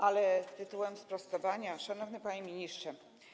Ale tytułem sprostowania: Szanowny Panie Ministrze!